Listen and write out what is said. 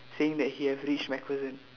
saying that he have reached MacPherson